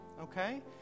okay